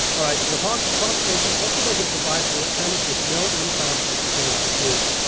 all right, so the poc proclamation also doesn't provide for what tenants with no income are supposed to do.